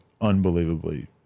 unbelievably